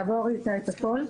לעבור איתה את הכול.